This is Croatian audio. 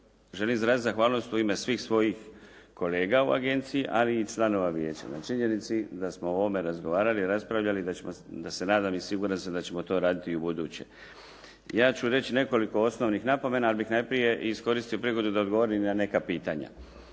Želim izraziti zahvalnost u ime svih svojih kolega u agenciji, ali i članova vijeća na činjenici da smo o ovome razgovarali, raspravljali da se nadam i siguran sam da ćemo to raditi i ubuduće. Ja ću reći nekoliko osnovnih napomena, ali bih najprije iskoristio prigodu da odgovorim na neka pitanja.